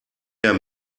der